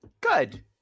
Good